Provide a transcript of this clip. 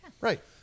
Right